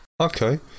Okay